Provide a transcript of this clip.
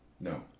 No